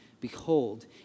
Behold